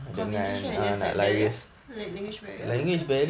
communication there's like barrier like language barrier